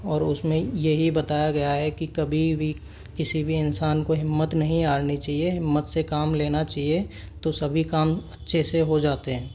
और उसमें यही बताया गया है कि कभी भी किसी भी इंसान को हिम्मत नहीं हारनी चाहिए हिम्मत से काम लेना चाहिए तो सभी काम अच्छे से हो जाते हैं